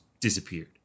disappeared